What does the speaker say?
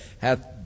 hath